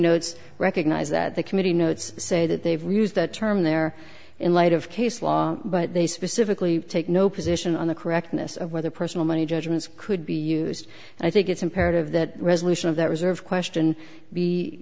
notes recognize that the committee notes say that they've raised that term there in light of case law but they specifically take no position on the correctness of whether personal money judgments could be used and i think it's imperative that resolution of that reserve question